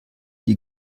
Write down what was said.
die